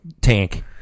tank